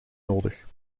nodig